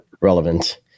relevant